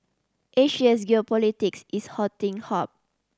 Asia's geopolitics is hotting